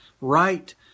right